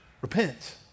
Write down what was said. Repent